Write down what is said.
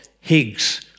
Higgs